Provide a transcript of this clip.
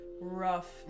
rough